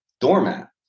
doormat